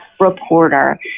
reporter